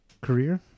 career